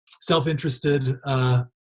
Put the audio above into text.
self-interested